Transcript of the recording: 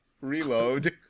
reload